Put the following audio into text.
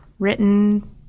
Written